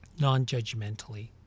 non-judgmentally